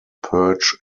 perch